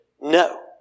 no